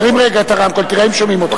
תרים רגע את הרמקול, תראה אם שומעים אותך.